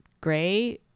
gray